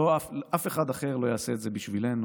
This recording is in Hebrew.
אף אחד אחר לא יעשה את זה בשבילנו.